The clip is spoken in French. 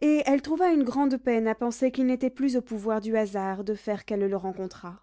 et elle trouva une grande peine à penser qu'il n'était plus au pouvoir du hasard de faire qu'elle le rencontrât